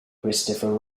christopher